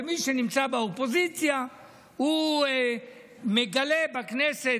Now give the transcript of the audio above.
ומי שנמצא באופוזיציה הוא מגלה בכנסת